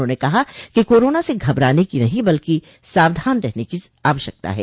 उन्होंने कहा कि कोरोना से घबराने की नहीं बल्कि सावधान रहने की आवश्यकता है